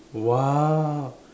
!wah!